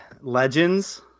Legends